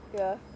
ya